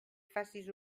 facis